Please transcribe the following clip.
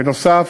בנוסף,